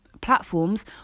platforms